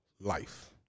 life